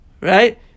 Right